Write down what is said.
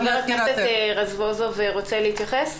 חבר הכנסת רזבוזוב, רוצה להתייחס?